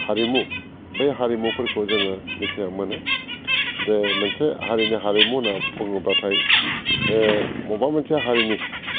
हारिमु बे हारिमुफोरखौ जोङो मिथिनानै मोनो जे मोनसे हारिनि हारिमु होनना बुङोबाथाय बबेबा मोनसे हारिनि